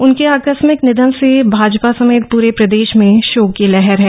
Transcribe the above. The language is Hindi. उनके आकस्मिक निधन से भाजपा समेत पुरे प्रदेश में शोक की लहर है